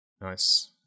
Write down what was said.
Nice